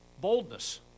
Boldness